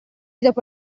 dopo